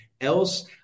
else